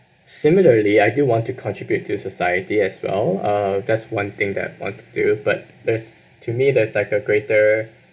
similarly I do want to contribute to the society as well uh that's one thing that I want to do but that's to me there's like a greater